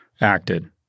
acted